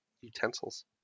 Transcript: utensils